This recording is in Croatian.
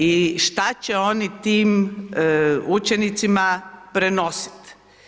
I šta će oni tim učenicima prenositi.